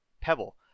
Pebble